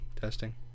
testing